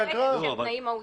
תהיה אגרה.